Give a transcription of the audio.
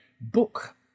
book